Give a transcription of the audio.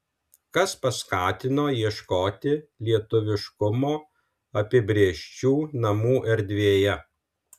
kas paskatino ieškoti lietuviškumo apibrėžčių namų erdvėje